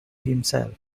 himself